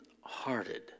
hearted